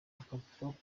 akavuga